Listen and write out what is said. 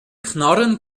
knarren